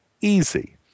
Easy